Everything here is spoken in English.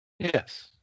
Yes